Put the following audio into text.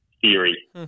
theory